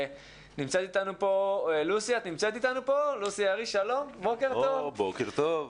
לוסי האריש, שלום, בוקר טוב.